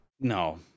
No